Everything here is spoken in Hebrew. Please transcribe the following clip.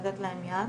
לתת להם יד,